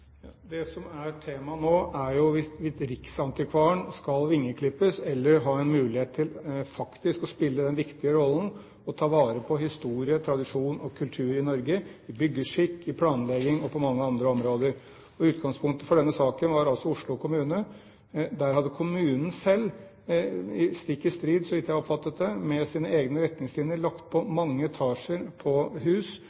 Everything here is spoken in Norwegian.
Det som er temaet her nå, er jo hvorvidt riksantikvaren skal vingeklippes eller ha en mulighet til faktisk å spille den viktige rollen å ta vare på historie, tradisjon og kultur i Norge i byggeskikk, i planlegging og på mange andre områder. Utgangspunktet for denne saken var altså Oslo kommune. Der hadde kommunen selv, stikk i strid – så vidt jeg oppfattet det – med sine egne retningslinjer lagt på